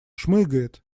шмыгает